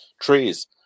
trees